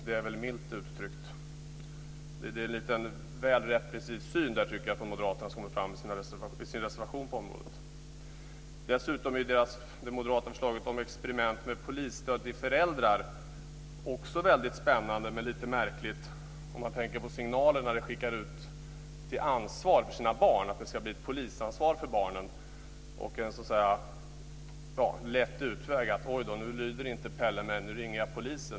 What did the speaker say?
Det är, milt uttryckt, en väl repressiv syn från Moderaterna som kommer fram i deras reservation på det området. Dessutom är det moderata förslaget om experiment med polisstöd till föräldrar väldigt spännande men lite märkligt, om man tänker på vilka signaler det skickar ut om föräldrars ansvar för sina barn, om det ska bli ett polisansvar för barnen. Det kan bli en lätt utväg: Oj, nu lyder inte Pelle mig, så nu ringer jag polisen.